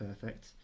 perfect